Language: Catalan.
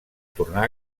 tornar